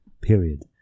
Period